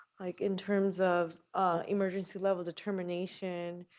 like in terms of emergency level determination,